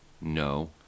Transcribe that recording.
No